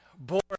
Born